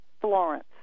Florence